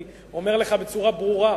אני אומר לך בצורה ברורה,